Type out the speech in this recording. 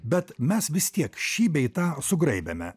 bet mes vis tiek šį bei tą sugraibėme